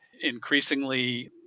increasingly